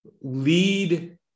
lead